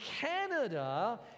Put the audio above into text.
Canada